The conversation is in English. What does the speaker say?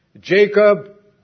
Jacob